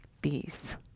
Bees